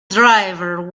driver